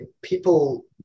people